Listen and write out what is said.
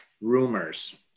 rumors